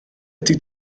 ydy